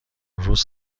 روز